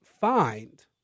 find